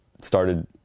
started